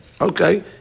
Okay